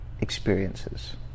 experiences